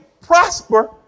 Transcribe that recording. prosper